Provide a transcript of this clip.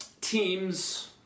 teams